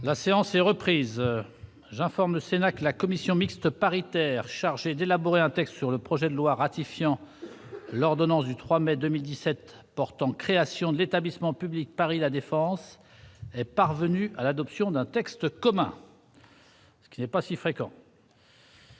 La séance est reprise en forme Sénac : la commission mixte paritaire chargée d'élaborer un texte sur le projet de loi ratifiant l'ordonnance du 3 mai 2017 portant création de l'établissement public Paris La Défense, est parvenu à l'adoption d'un texte commun. Ce qui n'est pas si fréquent.